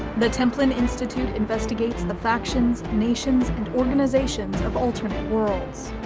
the templin institute investigates the factions, nations, and organizations of alternate worlds.